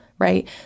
right